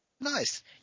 nice